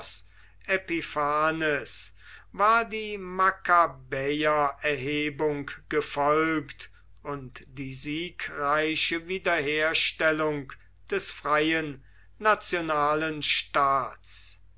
epiphanes war die makkabäererhebung gefolgt und die siegreiche wiederherstellung des freien nationalen staats